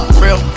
real